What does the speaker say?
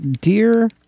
Dear